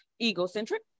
egocentric